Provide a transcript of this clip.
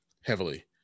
heavily